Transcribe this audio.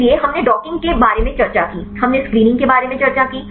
इसलिए हमने डॉकिंग के बारे में चर्चा की हमने स्क्रीनिंग के बारे में चर्चा की